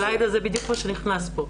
אבל עאידה, זה בדיוק מה שנכנס פה.